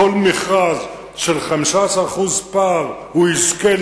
כל מכרז של 15% פער יזכה,